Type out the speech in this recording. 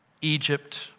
Egypt